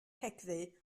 cegddu